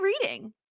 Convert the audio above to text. reading